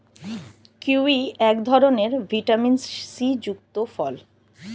kiwi এক ধরনের vitamin C যুক্ত ফল